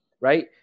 right